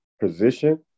position